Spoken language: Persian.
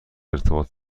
ارتباط